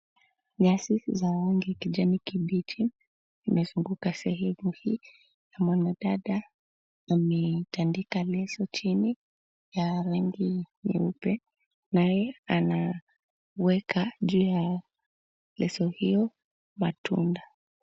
Nyasi za rangi ya kijani kibichi imezunguka sehemu hii, na mwanadada ametandika leso chini, ya rangi nyeupe. Naye anaweka juu ya leso hio matunda.